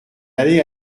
allait